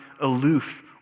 aloof